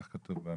כך כתוב במשנה.